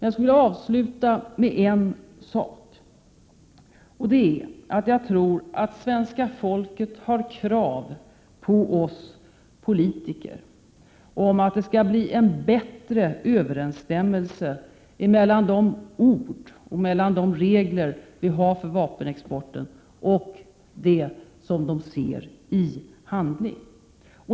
Jag skulle vilja avsluta med att säga att jag tror att svenska folket har krav på oss politiker att det skall bli en bättre överensstämmelse mellan de ord och de regler som vi har för vapenexporten och det som svenska folket ser i handling.